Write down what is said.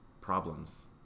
problems